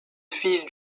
fils